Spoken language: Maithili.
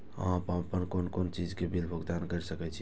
हम आपन कोन कोन चीज के बिल भुगतान कर सके छी?